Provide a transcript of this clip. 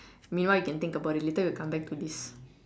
meanwhile you can think about it later we can come back to this